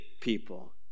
people